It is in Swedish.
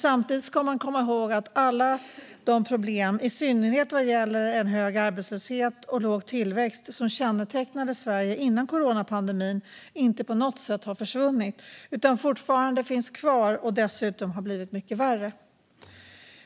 Samtidigt ska man komma ihåg att alla de problem som kännetecknade Sverige före coronapandemin, i synnerhet vad gäller en hög arbetslöshet och låg tillväxt, inte på något sätt har försvunnit utan fortfarande finns kvar och dessutom har blivit mycket värre.